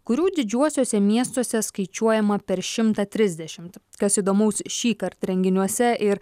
kurių didžiuosiuose miestuose skaičiuojama per šimtą trisdešimt kas įdomaus šįkart renginiuose ir